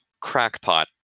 crackpot